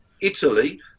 italy